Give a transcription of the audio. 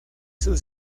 sus